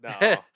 no